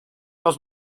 los